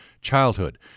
childhood